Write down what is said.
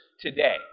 today